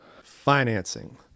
Financing